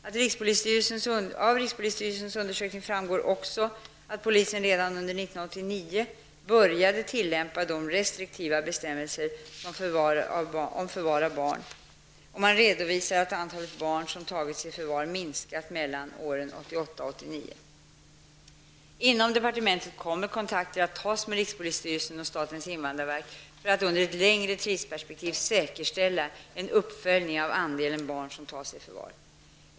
Av rikspolisstyrelsens undersökning framgår också att polisen redan under 1989 började tillämpa de restriktiva bestämmelserna om förvar av barn, och man redovisar att andelen barn som tagits i förvar minskat mellan åren 1988 och 1989. Inom departementet kommer kontakter att tas med rikspolisstyrelsen och statens invandrarverk för att under ett längre tidsperspektiv säkerställa en uppföljning av andelen barn som tas i förvar.